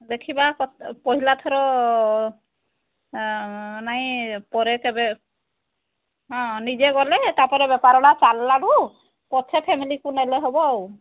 ଦେଖିବା ପହିଲା ଥର ନାଇଁ ପରେ କେବେ ହଁ ନିଜେ ଗଲେ ତା'ପରେ ବେପାର ଏଲା ଚାଲିଲା ଠୁ ପଛେ ଫ୍ୟାମିଲିକୁ ନେଲେ ହେବ ଆଉ